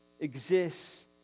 exists